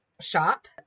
shop